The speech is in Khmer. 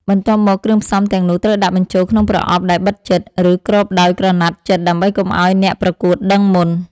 បន្ទាប់មក គ្រឿងផ្សំទាំងនោះត្រូវដាក់បញ្ចូលក្នុងប្រអប់ដែលបិទជិត ឬគ្របដោយក្រណាត់ជិតដើម្បីកុំឱ្យអ្នកប្រកួតដឹងមុន។